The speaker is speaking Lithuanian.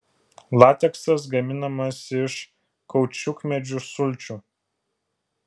lateksas gaminamas iš kaučiukmedžių sulčių